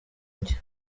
jye